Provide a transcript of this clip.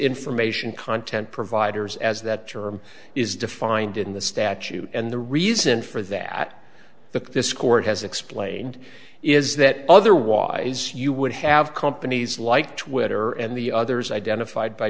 information content providers as that term is defined in the statute and the reason for that the this court has explained is that otherwise you would have companies like twitter and the others identified by